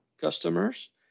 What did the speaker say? customers